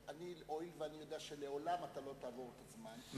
הואיל ואני יודע שאתה לעולם לא תעבור את הזמן,